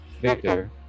Victor